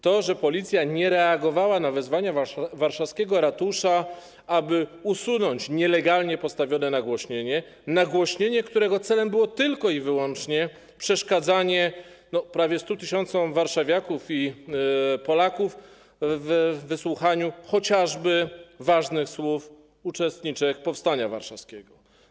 To, że Policja nie reagowała na wezwania warszawskiego Ratusza, aby usunąć nielegalnie postawione nagłośnienie, którego celem było tylko i wyłącznie przeszkadzanie prawie 100 tys. warszawiaków i Polaków w wysłuchaniu chociażby ważnych słów uczestniczek powstania warszawskiego.